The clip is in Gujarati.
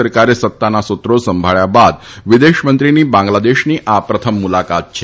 સરકારે સત્તાના સૂત્રી સંભાળ્યા બાદ વિદેશમંત્રીની બાંગ્લાદેશની આ પ્રથમ મુલાકાત છે